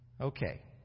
Okay